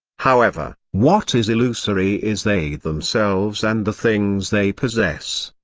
however, what is illusory is they themselves and the things they possess.